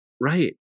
Right